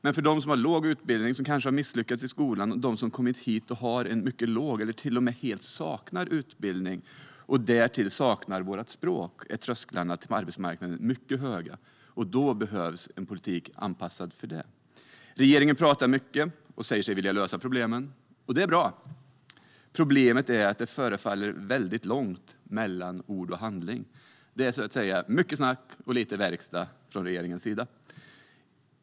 Men för dem som har låg utbildning, som kanske misslyckats i skolan, och för dem som kommit hit och har mycket låg utbildning eller till och med helt saknar utbildning och därtill saknar vårt språk är trösklarna till arbetsmarknaden mycket höga. Då behövs en politik anpassad för det. Regeringen pratar mycket och säger sig vilja lösa problemen. Det är bra. Problemet är att det förefaller vara långt mellan ord och handling. Det är så att säga mycket snack och lite verkstad från regeringens sida.